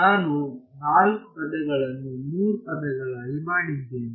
ನಾನು ನಾಲ್ಕು ಪದಗಳನ್ನು ಮೂರು ಪದಗಳಾಗಿ ಮಾಡಿದ್ದೇನೆ